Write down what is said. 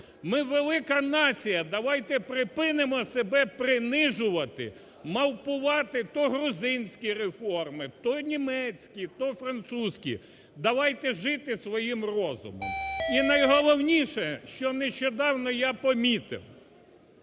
Ми велика нація давайте припинимо себе принижувати, мавпувати то грузинські реформи, то німецькі, то французькі давайте жити своїм розумом. І найголовніше, що нещодавно я помітив,